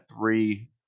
three